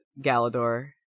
Galador